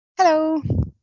Hello